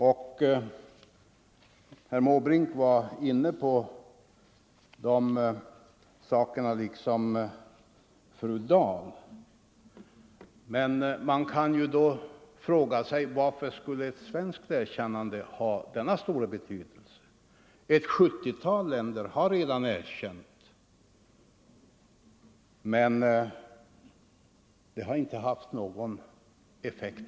Herr Måbrink var inne på det liksom fru Dahl. Man Onsdagen den kan då fråga sig varför ett svenskt erkännande skulle ha denna stora — 27 november 1974 betydelse. Ett sjuttiotal länder har redan erkänt PRR utan att det har haft någon effekt.